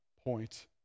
point